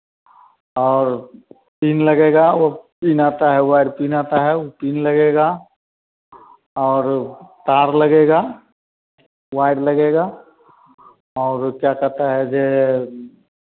और पिन लगेगा वह पिन आता है वायर पिन आता है वह पिन लगेगा और तार लगेगा वायर लगेगा और क्या कहता है यह